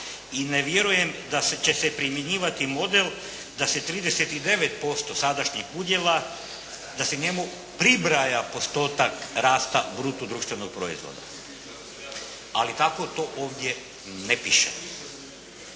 i ne vjerujem da će se primjenjivati model da se 39% sadašnjih udjela da se njemu pribraja postotak rasta bruto društvenog proizvoda. … /Upadica se ne